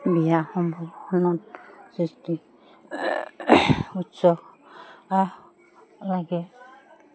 বিয়া সভাখনত সৃষ্টি উৎসৱ লাগে